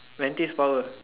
Mantis power